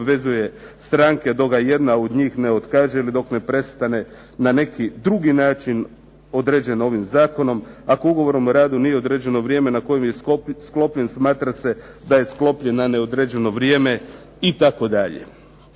obvezuje stranke dok ga jedna od njih ne otkaže ili dok ne prestane na neki drugi način određeno ovim zakonom. Ako ugovorom o radu nije određeno vrijeme na kojem je sklopljen smatra se da je sklopljen na neodređeno vrijeme itd. Malo